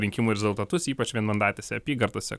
rinkimų rezultatus ypač vienmandatėse apygardose